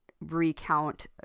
recount